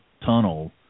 tunnel